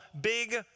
Big